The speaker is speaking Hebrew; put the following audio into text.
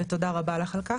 תודה רבה לך על כך.